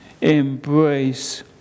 embrace